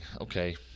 Okay